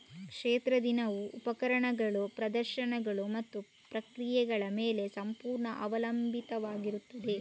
ಕ್ಷೇತ್ರ ದಿನವು ಉಪಕರಣಗಳು, ಪ್ರದರ್ಶನಗಳು ಮತ್ತು ಪ್ರಕ್ರಿಯೆಗಳ ಮೇಲೆ ಸಂಪೂರ್ಣ ಅವಲಂಬಿತವಾಗಿರುತ್ತದೆ